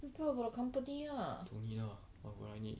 prepare about the company lah